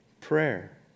prayer